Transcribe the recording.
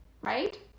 Right